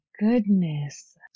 Goodness